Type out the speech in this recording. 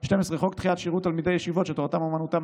12. חוק דחיית שירות לתלמידי ישיבות שתורתם אומנותם,